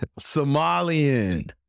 Somalian